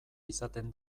izaten